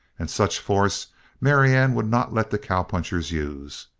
and such force marianne would not let the cowpunchers use.